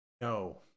No